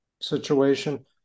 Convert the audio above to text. situation